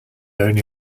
only